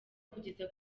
kugeza